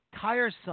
tiresome